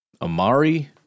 Amari